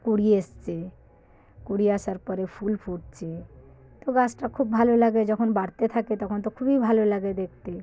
কুঁড়ি এসেছে কুঁড়ি আসার পরে ফুল ফুটছে তো গাছটা খুব ভালো লাগে যখন বাড়তে থাকে তখন তো খুবই ভালো লাগে দেখতে